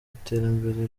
iterambere